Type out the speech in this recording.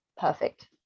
perfect